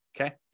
okay